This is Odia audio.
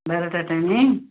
ବାର ଟା ଟାଇମି